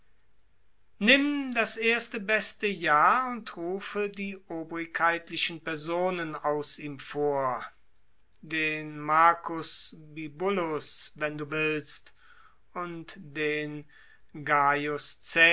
nimm das erste beste jahr und rufe die obrigkeitlichen personen aus ihm vor den marcus bibulus wenn du willst und den